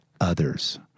others